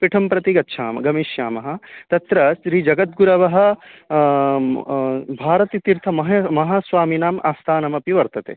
पीठं प्रति गच्छामः गमिष्यामः तत्र श्रीजगद्गुरवः भारतीतीर्थ महे महास्वामिनाम् आस्थानमपि वर्तते